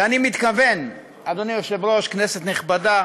ואני מתכוון, אדוני היושב-ראש, כנסת נכבדה,